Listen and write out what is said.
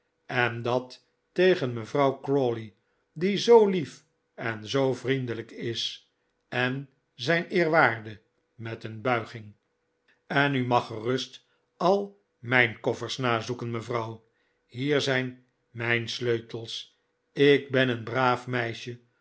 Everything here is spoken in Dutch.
en dat tegen mevrouw crawley die zoo lief en zoo vriendelijk is en zijn eerwaarde met een buiging en u mag gerust al mijn koffers nazoeken mevrouw hier zijn mijn sleutels ik ben een braaf meisje